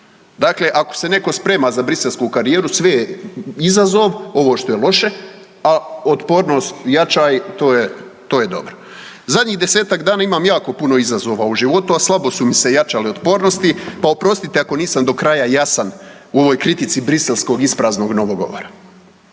Dakle, ako se netko sprema za briselsku karijeru, sve je izazov ovo što je loše, a otpornost jačaj, to je, to je dobro. Zadnjih 10-tak dana imam jako puno izazova u životu, a slabo su mi se jačale otpornosti, pa oprostite ako nisam do kraja jasan u ovoj kritici briselskog ispraznog novog govora.